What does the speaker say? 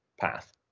path